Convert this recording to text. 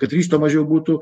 kad ryžto mažiau būtų